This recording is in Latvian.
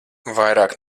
vairāk